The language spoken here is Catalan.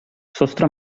sostre